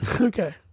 Okay